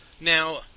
Now